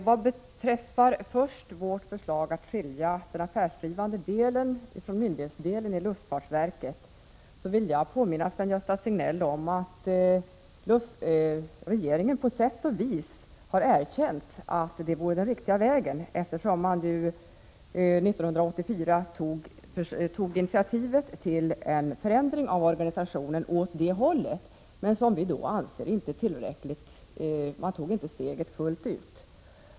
Vad beträffar moderata samlingspartiets förslag att skilja ut den affärsdrivande delen i luftfartsverket från myndighetsdelen, vill jag påminna Sven-Gösta Signell om att regeringen på sätt och vis har erkänt att det vore den riktiga vägen att gå, eftersom man 1984 tog initiativ till en förändring av organisationen åt det hållet, dock utan att ta steget fullt ut.